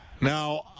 Now